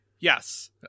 Yes